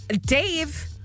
Dave